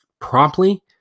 promptly